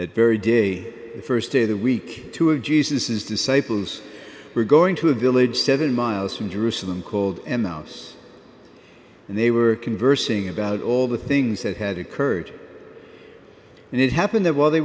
that very day the st day of the week two of jesus's disciples were going to a village seven miles from jerusalem called emmaus and they were conversing about all the things that had occurred and it happened that while they